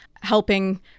helping